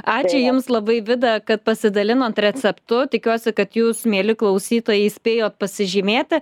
ačiū jums labai vida kad pasidalinot receptu tikiuosi kad jūs mieli klausytojai spėjot pasižymėti